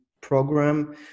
program